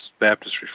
Baptist